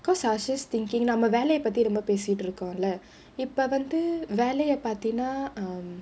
because I was just thinking நம்ம வேலப்பத்தி ரொம்ப பேசிகிட்டு இருக்கோம்ல இப்போ வந்த வேலைய பத்தினா:namma vaelappathi romba paesikittu irukkomla ippo vandhu vaelaiya pathinaa um